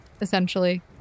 essentially